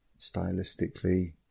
stylistically